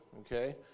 okay